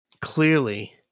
clearly